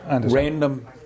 random